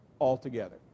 altogether